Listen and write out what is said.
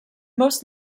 most